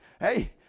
Hey